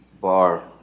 bar